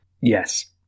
Yes